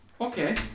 okay